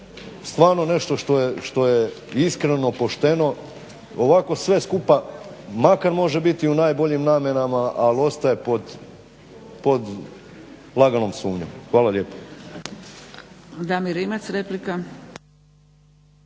stvarno nešto što je iskreno, pošteno. Ovako sve skupa makar može biti u najboljim namjerama ali ostaje pod laganom sumnjom. Hvala lijepa.